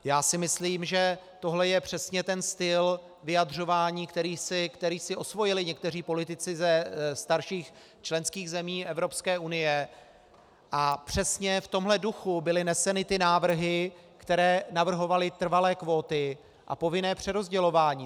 Já si myslím, že tohle je přesně ten styl vyjadřování, který si osvojili někteří politici ze starších členských zemí Evropské unie, a přesně v tomto duchu byly neseny ty návrhy, které navrhovaly trvalé kvóty a povinné přerozdělování.